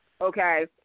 Okay